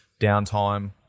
downtime